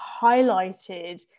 highlighted